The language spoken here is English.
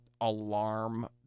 alarm